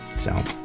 so,